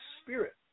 spirit